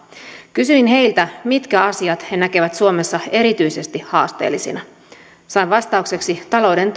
kysyin heiltä mitkä asiat he näkevät suomessa erityisesti haasteellisina sain vastaukseksi talouden